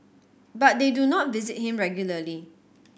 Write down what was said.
but they do not visit him regularly